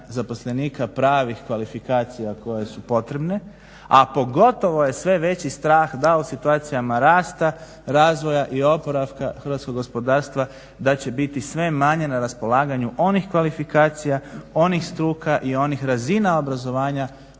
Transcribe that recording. zaposlenika pravih kvalifikacija koje su potrebne a pogotovo je sve veći strah da u situacijama rasta, razvoja i oporavka hrvatskog gospodarstva da će biti sve manje na raspolaganju onih kvalifikacija, onih struka i onih razina obrazovanja